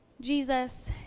Jesus